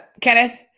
Kenneth